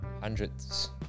Hundreds